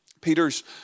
Peter's